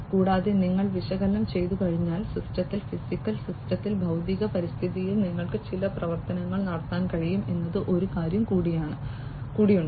കൂടാതെ നിങ്ങൾ വിശകലനം ചെയ്തുകഴിഞ്ഞാൽ സിസ്റ്റത്തിൽ ഫിസിക്കൽ സിസ്റ്റത്തിൽ ഭൌതിക പരിതസ്ഥിതിയിൽ നിങ്ങൾക്ക് ചില പ്രവർത്തനങ്ങൾ നടത്താൻ കഴിയും എന്നതിന് ഒരു കാര്യം കൂടിയുണ്ട്